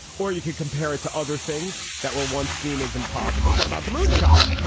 or you could compare it to other things that were once seen as impossible what about the moon shot?